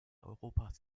europas